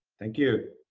thank you.